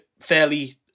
fairly